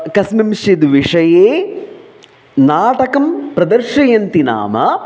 कस्मिन्श्चिद् विषये नाटकं प्रदर्शयन्ति नाम